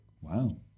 Wow